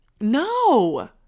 No